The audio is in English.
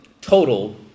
total